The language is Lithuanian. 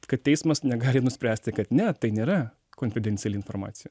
kad teismas negali nuspręsti kad ne tai nėra konfidenciali informacija